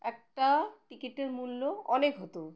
একটা টিকিটের মূল্য অনেক হতো